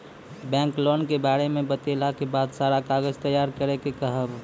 Bank loan के बारे मे बतेला के बाद सारा कागज तैयार करे के कहब?